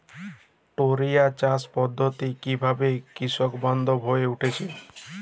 টোরিয়া চাষ পদ্ধতি কিভাবে কৃষকবান্ধব হয়ে উঠেছে?